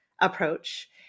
approach